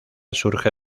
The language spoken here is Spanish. surge